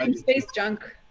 um space junk?